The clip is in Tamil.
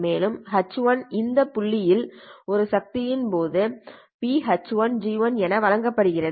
மேலும் H1 இந்த புள்ளியில் உள்ள சக்தி இன் போது H1G1 என வழங்கப்படுகிறது